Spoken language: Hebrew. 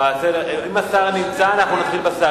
אם השר נמצא, אנחנו נתחיל בשר.